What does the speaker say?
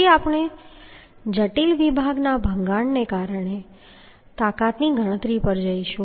પછી આપણે જટિલ વિભાગના ભંગાણને લીધે તાકાતની ગણતરી પર જઈશું